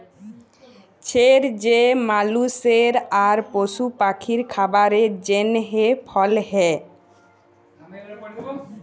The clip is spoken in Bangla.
ছের যে মালুসের আর পশু পাখির খাবারের জ্যনহে ফল হ্যয়